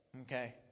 Okay